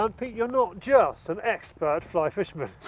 um pete you are not just an expert fly fisherman.